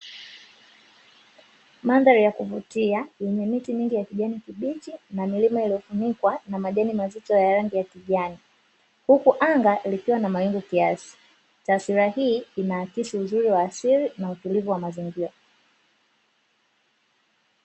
Mandhari ya kuvutia yenye miti mingi ya kijani kibichi na milima iliyofunikwa na majani mazito ya rangi ya kijani, huku anga likiwa na mawingu kiasi. Taswira hii inaakisi uzuri wa asili na utulivu wa mazingira.